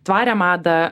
tvarią madą